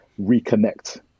reconnect